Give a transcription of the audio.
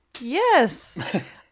yes